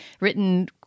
written